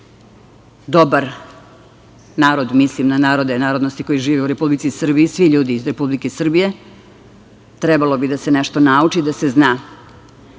dobar narod, mislim na narode i narodnosti koje žive u Republici Srbiji, svi ljudi iz Republike Srbije. Trebalo bi da se nešto nauči, da se